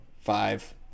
five